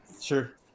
Sure